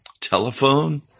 telephone